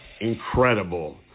incredible